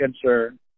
concern